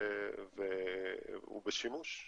הוא בשימוש.